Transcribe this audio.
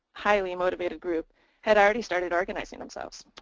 highly motivated group had already started organizing themselves,